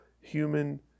human